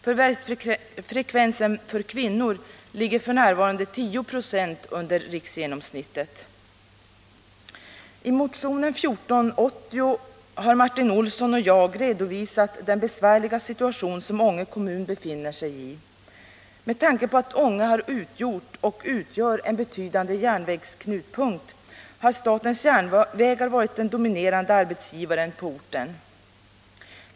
Förvärvsfrekvensen för kvinnor ligger f. n. 10 20 under riksgenomsnittet. I motionen 1480 har Martin Olsson och jag redovisat den besvärliga situation som Ånge kommun befinner sig i. Eftersom Ånge har utgjort och utgör en betydande järnvägsknutpunkt har statens järnvägar varit den dominerande arbetsgivaren på orten.